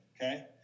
okay